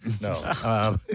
No